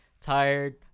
tired